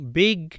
big